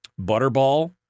butterball